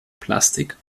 plastik